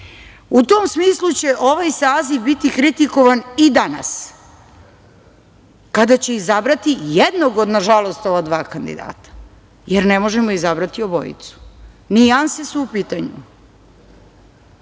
tom smislu će ovaj saziv biti kritikovan i danas kada će izabrati jednog od, nažalost ova dva kandidata, jer ne možemo izabrati obojicu. Nijanse su u pitanju.